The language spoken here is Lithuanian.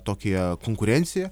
tokią konkurenciją